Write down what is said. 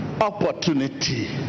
opportunity